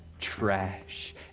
trash